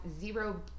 zero